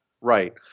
Right